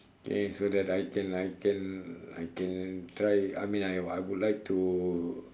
okay so that I can I can I can try I mean I I would like to